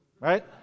right